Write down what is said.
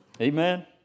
Amen